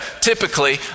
typically